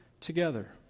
together